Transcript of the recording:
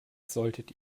solltet